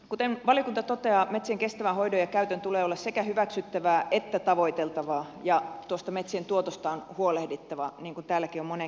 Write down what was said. kuten valiokunta toteaa metsien kestävän hoidon ja käytön tulee olla sekä hyväksyttävää että tavoiteltavaa ja tuosta metsien tuotosta on huolehdittava niin kuin täälläkin on moneen kertaan jo sanottu